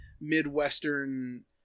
Midwestern